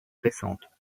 récente